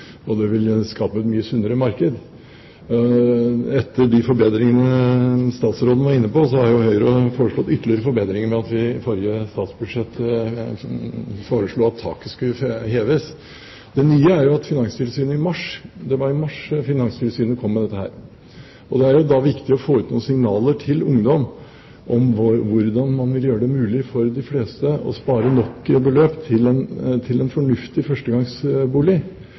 og skape et mye sunnere marked. Etter de forbedringene statsråden var inne på, har Høyre foreslått ytterligere forbedringer ved at vi i forrige statsbudsjett foreslo at taket skulle heves. Det var i mars Finanstilsynet kom med disse retningslinjene. Det er da viktig å få ut noen signaler til ungdom om hvordan man vil gjøre det mulig for de fleste å spare et stort nok beløp til en fornuftig førstegangsbolig.